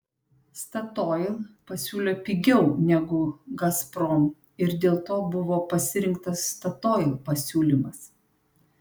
statoil pasiūlė pigiau negu gazprom ir dėl to buvo pasirinktas statoil pasiūlymas